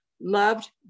Loved